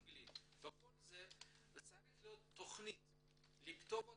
אנגלית תהיה תכנית עם עלות.